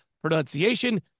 pronunciation